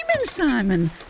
Simon